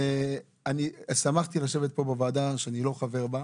ואני שמחתי לשבת פה בוועדה שאני לא חבר בה.